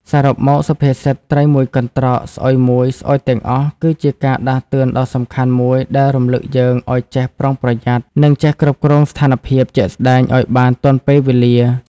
សរុបមក សុភាសិត ត្រីមួយកន្រ្តក ស្អុយមួយស្អុយទាំងអស់ គឺជាការដាស់តឿនដ៏សំខាន់មួយដែលរំលឹកយើងឲ្យចេះប្រុងប្រយ័ត្ន និងចេះគ្រប់គ្រងស្ថានភាពជាក់ស្តែងឱ្យបានទាន់ពេលវេលា ។